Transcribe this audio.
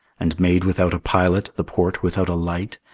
and made without a pilot the port without a light,